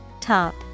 Top